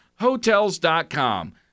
Hotels.com